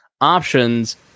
options